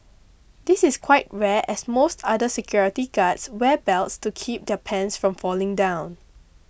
this is quite rare as most other security guards wear belts to keep their pants from falling down